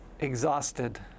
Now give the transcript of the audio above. Exhausted